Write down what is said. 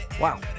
wow